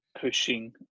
pushing